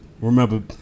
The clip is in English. Remember